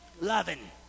loving